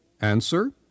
Answer